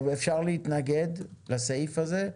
אפשר להתנגד לסעיף הזה,